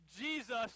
Jesus